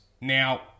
Now